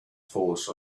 force